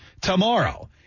tomorrow